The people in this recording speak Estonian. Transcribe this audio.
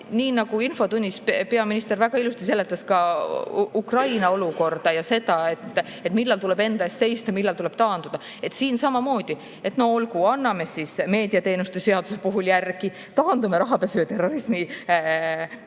Nii nagu infotunnis peaminister väga ilusti seletas Ukraina olukorda ja seda, millal tuleb enda eest seista ja millal tuleb taanduda, on siin samamoodi. No olgu, anname siis meediateenuste seaduse puhul järele, taandume rahapesu ja terrorismi